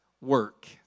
work